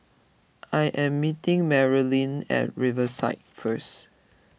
I am meeting Marilynn at Riverside first